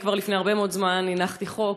אני כבר לפני הרבה מאוד זמן הנחתי חוק,